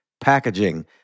packaging